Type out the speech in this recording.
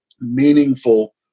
meaningful